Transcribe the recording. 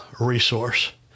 resource